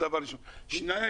דבר שני,